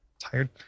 tired